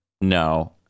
no